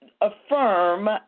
affirm